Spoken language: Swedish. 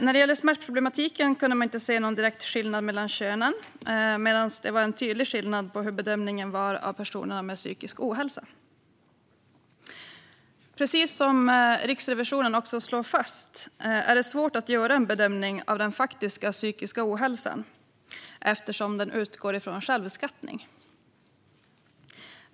När det gäller smärtproblematiken kunde man inte se någon direkt skillnad mellan könen, medan det var en tydlig skillnad på hur bedömningen var av personerna med psykisk ohälsa. Precis som Riksrevisionen slår fast är det svårt att göra en bedömning av den faktiska psykiska ohälsan, eftersom den utgår ifrån självskattning.